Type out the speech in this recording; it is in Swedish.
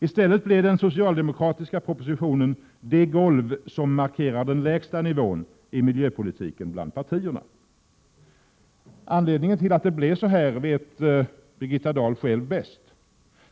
I stället blev den socialdemokratiska propositionen det ”golv” som markerar den lägsta nivån i miljöpolitiken bland partierna. Anledningen till att det blev så här känner Birgitta Dahl själv till bäst.